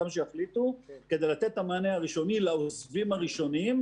כמה שיחליטו כדי לתת את המענה הראשוני לעוזבים הראשונים,